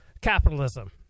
capitalism